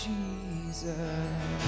Jesus